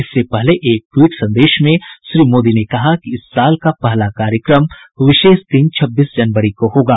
इससे पहले एक ट्वीट संदेश में श्री मोदी ने कहा कि इस साल का पहला कार्यक्रम विशेष दिन छब्बीस जनवरी को होगा